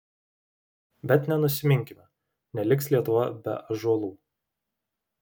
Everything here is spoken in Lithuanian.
bet nenusiminkime neliks lietuva be ąžuolų